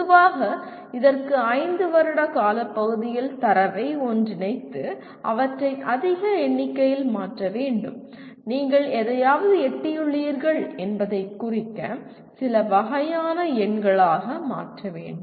பொதுவாக இதற்கு 5 வருட காலப்பகுதியில் தரவை ஒன்றிணைத்து அவற்றை அதிக எண்ணிக்கையில் மாற்ற வேண்டும் நீங்கள் எதையாவது எட்டியுள்ளீர்கள் என்பதைக் குறிக்க சில வகையான எண்களாக மாற்ற வேண்டும்